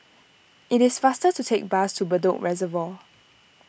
it is faster to take bus to Bedok Reservoir